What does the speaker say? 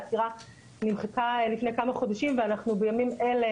העתירה נמחקה לפני כמה חודשים ואנחנו בימים אלה